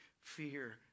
fear